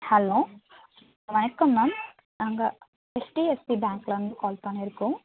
hello வணக்கம் ma'am நாங்கள் HDFC பேங்க்லேருந்து கால் பண்ணியிருக்கோம்